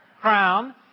Crown